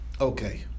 Okay